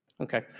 Okay